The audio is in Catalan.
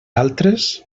altres